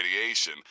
radiation